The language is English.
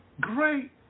great